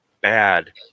bad